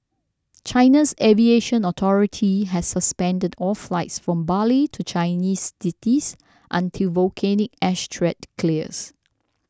China's aviation authority has suspended all flights from Bali to Chinese cities until volcanic ash threat clears